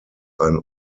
ein